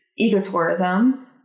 ecotourism